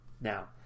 Now